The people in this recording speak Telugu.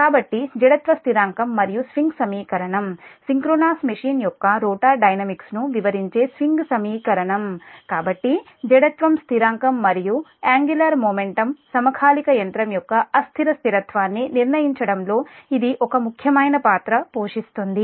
కాబట్టి జడత్వ స్థిరాంకం మరియు స్వింగ్ సమీకరణం సింక్రోనస్ మెషిన్ యొక్క రోటర్ డైనమిక్స్ ను వివరించే స్వింగ్ సమీకరణం కాబట్టి జడత్వం స్థిరాంకం మరియు యాంగిలర్ మొమెంటం సమకాలిక యంత్రం యొక్క అస్థిర స్థిరత్వాన్ని నిర్ణయించడంలో ఇది ఒక ముఖ్యమైన పాత్ర పోషిస్తుంది